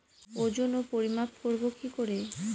ওজন ও পরিমাপ করব কি করে?